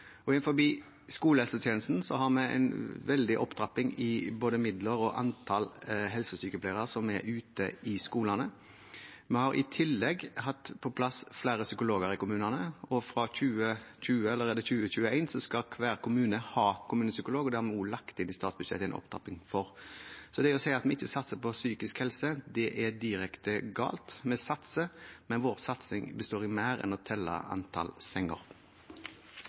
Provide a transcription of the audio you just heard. skolehelsetjenesten har vi en veldig opptrapping av både midler og antall helsesykepleiere som er ute i skolene. Vi har i tillegg fått på plass flere psykologer i kommunene, og i 2021 skal hver kommune ha kommunepsykolog, og vi har lagt inn i statsbudsjettet en opptrapping for det. Det å si at vi ikke satser på psykisk helse, er direkte galt. Vi satser, men vår satsing består i mer enn å telle antall senger.